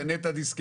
תשנה את הדיסקט.